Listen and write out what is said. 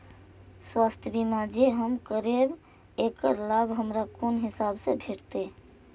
स्वास्थ्य बीमा जे हम करेब ऐकर लाभ हमरा कोन हिसाब से भेटतै?